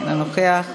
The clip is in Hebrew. אינו נוכח,